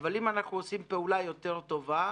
אבל אנחנו עושים פעולה יותר טובה,